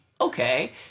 okay